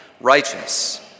righteous